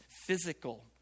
physical